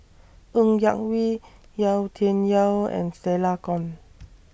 Ng Yak Whee Yau Tian Yau and Stella Kon